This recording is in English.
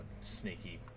sneaky